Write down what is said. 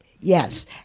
Yes